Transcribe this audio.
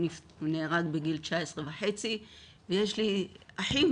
הוא נהרג בגיל 19.5 ויש לי אחים,